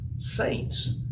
saints